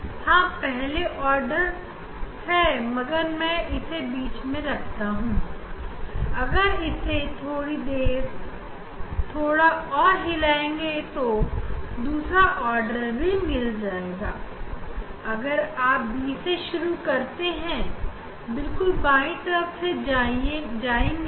अब जब आप केंद्र से चलते हैं तो पहले आपको पहला आर्डर का स्पेक्ट्रा उसके बाद चलते चलते दूसरी आर्डर का स्पेक्ट्रा मिलता है इस तरह से आप केंद्र से बिल्कुल बाएं और पहुंच जाएंगे